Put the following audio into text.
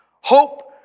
Hope